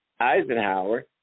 Eisenhower